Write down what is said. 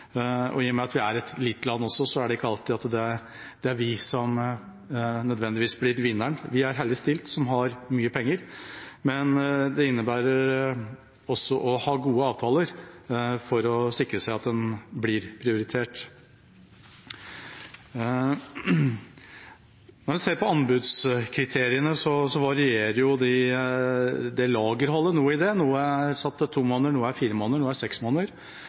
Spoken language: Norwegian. I og med at vi er et lite land, er det ikke alltid at det er vi som nødvendigvis blir vinneren. Vi er heldig stilt som har mye penger, men dette innebærer også å ha gode avtaler for å sikre seg at en blir prioritert. Når en ser på anbudskriteriene, varierer lagerholdet noe. Noe er satt til to måneder, noe er fire måneder og noe er seks måneder.